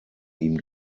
ihm